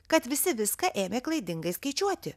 kad visi viską ėmė klaidingai skaičiuoti